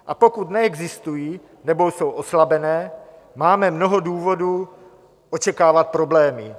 A pokud neexistují nebo jsou oslabené, máme mnoho důvodů očekávat problémy.